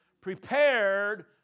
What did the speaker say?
prepared